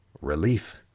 relief